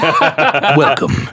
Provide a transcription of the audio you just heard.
welcome